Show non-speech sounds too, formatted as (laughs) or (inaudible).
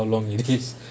how long it is (laughs)